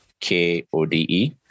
K-O-D-E